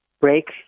break